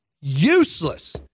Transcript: useless